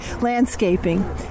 landscaping